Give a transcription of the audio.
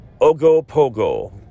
Ogopogo